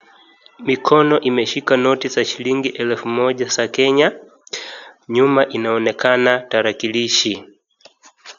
Mikono imeshika noti za shillingi elfu Moja za kenya. Nyuma inaonekana tarakilishi.